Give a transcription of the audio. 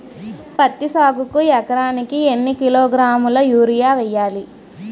పత్తి సాగుకు ఎకరానికి ఎన్నికిలోగ్రాములా యూరియా వెయ్యాలి?